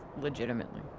legitimately